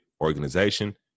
organization